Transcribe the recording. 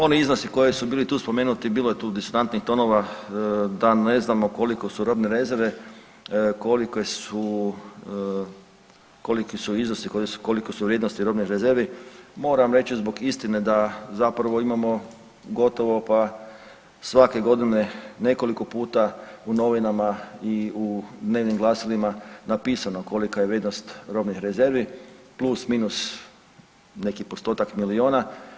Oni iznosi koji su bili tu spomenuti bilo je tu disonantnih tonova da ne znamo koliko su robne rezerve, koliki su iznosi, kolike u vrijednosti robnih rezervi moram reći zbog istine da zapravo imamo gotovo pa svake godine nekoliko puta u novinama i u dnevnim glasilima napisano kolika je vrijednost robnih rezervi plus, minus neki postotak miliona.